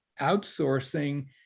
outsourcing